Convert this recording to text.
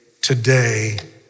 today